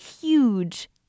huge